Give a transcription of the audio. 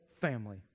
family